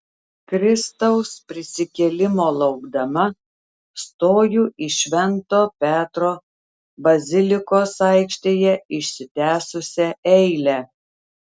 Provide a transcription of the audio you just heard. kristaus prisikėlimo laukdama stoju į švento petro bazilikos aikštėje išsitęsusią eilę